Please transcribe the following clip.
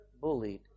bullied